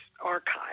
archive